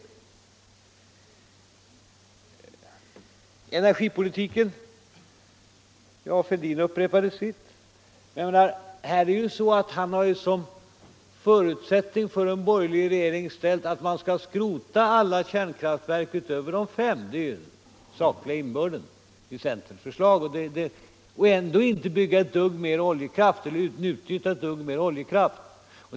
Beträffande energipolitiken upprepade herr Fälldin sin ståndpunkt. Han har ju som förutsättning för en borgerlig regering ställt att alla kärnkraftverk över de fem befintliga skall skrotas. Det är den sakliga innebörden i centerns förslag. Ändå skall man inte utnyttja ett dugg mer oljekraft.